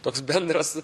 toks bendras